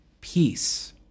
peace